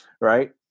right